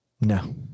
No